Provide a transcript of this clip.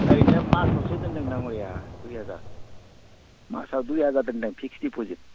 ओरैनो मासआवसो दोन्दों दाङ'रिया दुइ हाजार मासआव दुइ हाजार दोन्दों फिक्स्ड डिप'जिट